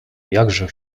jakże